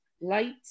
lights